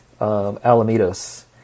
Alamitos